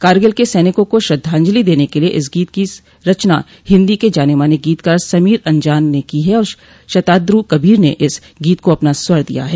करगिल के सैनिकों को श्रद्धांजलि देने के लिए इस गीत की रचना हिंदी के जाने माने गीतकार समीर अंजान ने की है और शताद्रु कबीर ने इस गीत को अपना स्वर दिया है